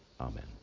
Amen